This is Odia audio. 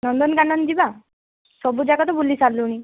ନନ୍ଦନକାନନ ଯିବା ସବୁ ଜାଗା ତ ବୁଲି ସାରିଲୁଣି